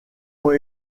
ont